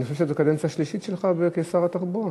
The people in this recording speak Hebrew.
אני חושב שזו קדנציה שלישית שלך כשר התחבורה.